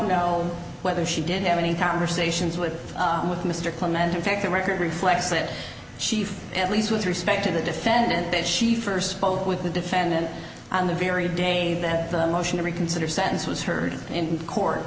know whether she did have any conversations with mr quinn and in fact the record reflects that she for at least with respect to the defendant that she first spoke with the defendant on the very day that the motion to reconsider sentence was heard in court